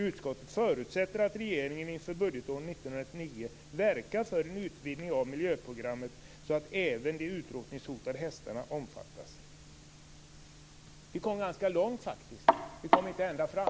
Utskottet förutsätter att regeringen inför budgetåret 1999 verkar för en utvidgning av miljöprogrammet så att även de utrotningshotade hästarna omfattas. Vi kom faktiskt ganska långt, men vi kom inte ända fram.